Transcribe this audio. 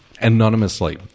anonymously